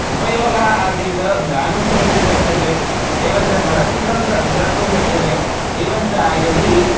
उपयोगः आसीत् गानं श्रोतुं शक्यते एवञ्च चलचित्रं द द्रष्टुं शक्यते एवञ्च यदि